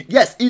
Yes